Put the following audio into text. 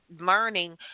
learning